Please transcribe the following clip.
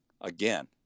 again